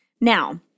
Now